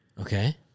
Okay